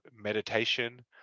meditation